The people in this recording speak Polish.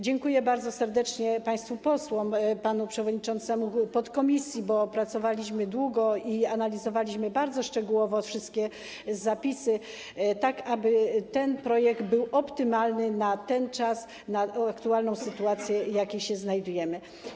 Dziękuję bardzo serdecznie państwu posłom, panu przewodniczącemu podkomisji, bo pracowaliśmy długo i analizowaliśmy bardzo szczegółowo wszystkie zapisy, tak aby ten projekt był optymalny na ten czas, w sytuacji, w jakiej się aktualnie znajdujemy.